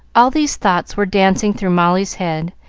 all these thoughts were dancing through molly's head,